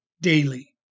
daily